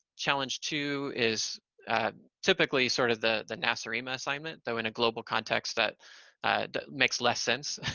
challenge two is typically sort of the the nacirema assignment. though in a global context, that makes less sense,